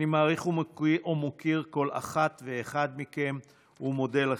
אני מעריך ומוקיר כל אחת ואחד מכם ומודה לכם.